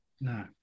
no